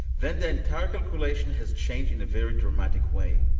then the entire calculation has changed in a very dramatic way,